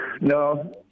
No